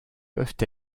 peuvent